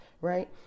Right